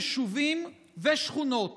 יישובים ושכונות